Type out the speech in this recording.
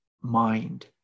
mind